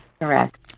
Correct